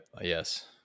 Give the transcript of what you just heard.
yes